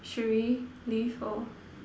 should we leave or